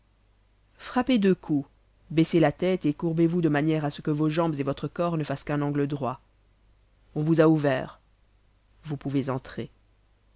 frappez deux coups baissez la tête et courbez vous de manière à ce que vos jambes et votre corps ne fassent qu'un angle droit on vous a ouvert vous pouvez entrer